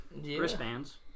wristbands